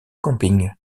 camping